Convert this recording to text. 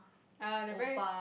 err they're very